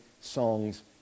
songs